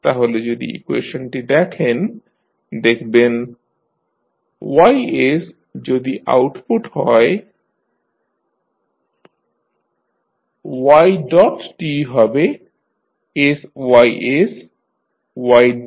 তাহলে যদি ইকুয়েশনটি দেখেন দেখবেন যদি আউটপুট হয় হবে হবে